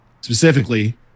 specifically